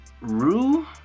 rue